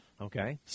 okay